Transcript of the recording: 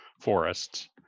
forests